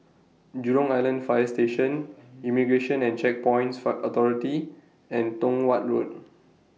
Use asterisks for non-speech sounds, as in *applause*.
Jurong Island Fire Station Immigration and Checkpoints *unintelligible* Authority and Tong Watt Road